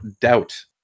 Doubt